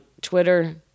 Twitter